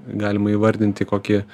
galima įvardinti kokį e